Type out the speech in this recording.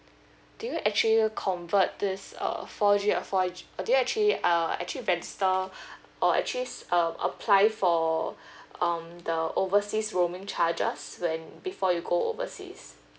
do you actually convert this uh four G or five G do you actually uh actually install or actually s~ uh apply for um the overseas roaming charges when before you go overseas